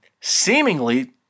seemingly